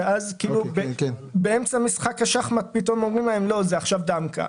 ועכשיו באמצע משחק השחמט פתאום אומרים להם שזה הופך לדמקה.